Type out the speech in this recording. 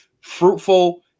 fruitful